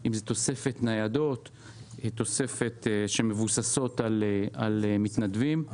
עם תוספת ניידות שמבוססות על מתנדבים.